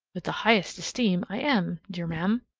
with the highest esteem, i am, d'r ma'am,